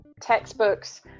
textbooks